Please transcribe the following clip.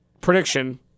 prediction